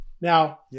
Now